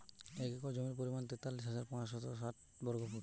এক একর জমির পরিমাণ তেতাল্লিশ হাজার পাঁচশত ষাট বর্গফুট